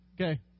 Okay